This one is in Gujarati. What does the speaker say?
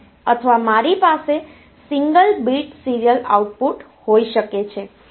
અથવા મારી પાસે સિંગલ બીટ સીરીયલ આઉટપુટ હોઈ શકે છે